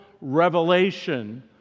revelation